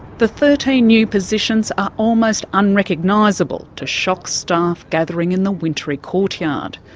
the thirteen new positions are almost unrecognisable to shocked staff gathering in the wintry courtyard.